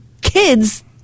kids